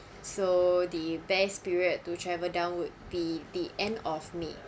so the best period to travel down would be the end of may